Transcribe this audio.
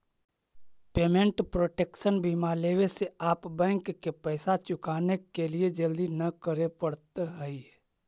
payment protection बीमा लेवे से आप बैंक के पैसा चुकाने के लिए जल्दी नहीं करे पड़त हई